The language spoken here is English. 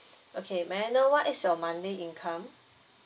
okay may I know what is your monthly income